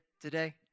today